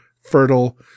fertile